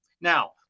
Now